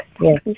Yes